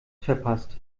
verpasst